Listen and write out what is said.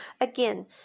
Again